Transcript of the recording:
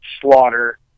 Slaughter